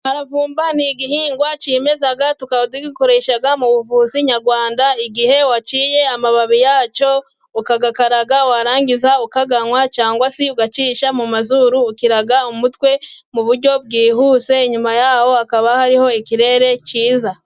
Umuharavumba ni igihingwa cyimeza, tuba tuwukoresha mu buvuzi nyarwanda, igihe waciye amababi yawo ukayakaraga, warangiza ukayanwa cyangwa se ugacisha mu mazuru, ukira umutwe mu buryo bwihuse, inyuma yaho hakaba hariho ikirere cyiza.